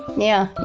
yeah, yeah.